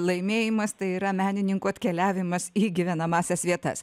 laimėjimas tai yra menininkų atkeliavimas į gyvenamąsias